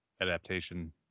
adaptation